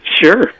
Sure